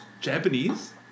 Japanese